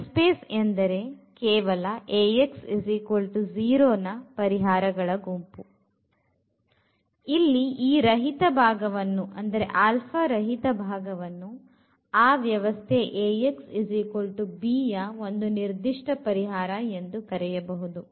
Null space ಎಂದರೆ ಕೇವಲ Ax0ರ ಪರಿಹಾರಗಳ ಗುಂಪು ಇಲ್ಲಿ ಈ ರಹಿತ ಭಾಗವನ್ನು ಆ ವ್ಯವಸ್ಥೆ Ax b ಯ ಒಂದು ನಿರ್ದಿಷ್ಟ ಪರಿಹಾರ ಎಂದು ಕರೆಯಬಹುದು